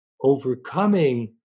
overcoming